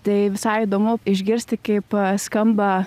tai visai įdomu išgirsti kaip skamba